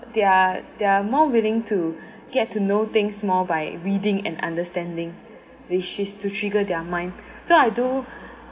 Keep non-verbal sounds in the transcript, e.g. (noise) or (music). they're they're more willing to get to know things more by reading and understanding which is to trigger their mind (noise) so I do